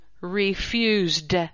refused